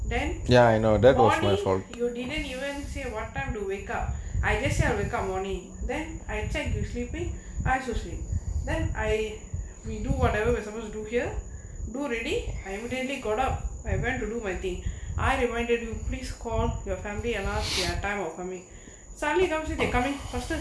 then morning you didn't even say what time do wake up I just lah wake up morning then I checked you sleepy as usually then I we do whatever we're supposed to do here do ready I immediately got up and went to do my thing I reminded you please call your family ah last year time of coming suddenly comes they coming faster